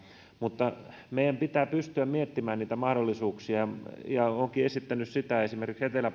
mutta meidän pitää pystyä miettimään niitä mahdollisuuksia ja olenkin esittänyt esimerkiksi etelä